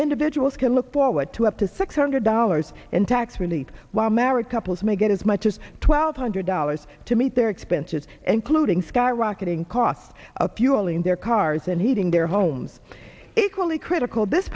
individuals can look forward to up to six hundred dollars in tax relief why america police may get as much as twelve hundred dollars to meet their expenses including skyrocketing cost of fuel in their cars and heating their homes equally critical this